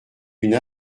une